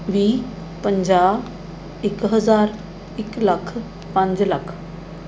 ਵੀਹ ਪੰਜਾਹ ਇੱਕ ਹਜ਼ਾਰ ਇੱਕ ਲੱਖ ਪੰਜ ਲੱਖ